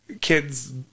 kids